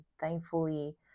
thankfully